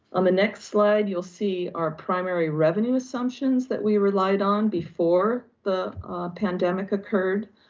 on the next slide, you'll see our primary revenue assumptions that we relied on before the pandemic occurred.